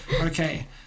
Okay